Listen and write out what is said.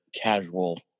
casual